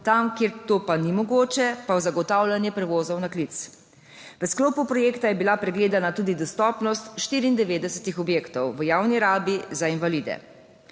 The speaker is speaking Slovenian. tam, kjer pa to ni mogoče, pa v zagotavljanje prevozov na klic. V sklopu projekta je bila pregledana tudi dostopnost 94 objektov v javni rabi za invalide.